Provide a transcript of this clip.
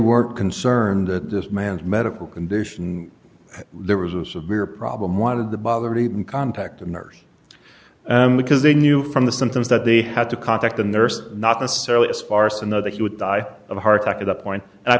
were concerned that this man's medical condition there was a severe problem wanted to bother to even contact a nurse and because they knew from the symptoms that they had to contact the nurse not necessarily as far so know that he would die of a heart attack at a point i